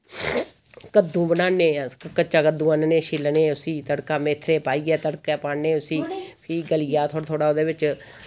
कद्दू बनाने अस कच्चा कद्दू आह्नने छिलने उस्सी तड़का मेथरे पाइयै तड़कै पाने उस्सी फ्ही गलिया थोह्ड़ा थोह्ड़ा उ'दे बिच